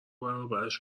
برابرش